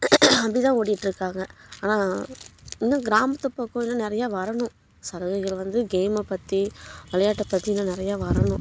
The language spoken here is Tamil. அப்படி தான் ஓடிகிட்ருக்காங்க ஆனால் இன்னும் கிராமத்து பக்கமெலாம் நிறையா வரணும் சலுகைகள் வந்து கேம்மை பற்றி விளையாட்டை பற்றி இன்னும் நிறையா வரணும்